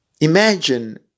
Imagine